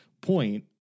point